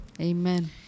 Amen